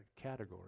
category